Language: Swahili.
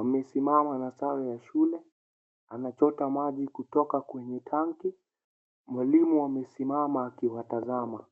amesimama na sare ya shule anachota maji kutoka kwenye tanki. Mwalimu amesimama akiwatazama.